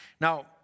Now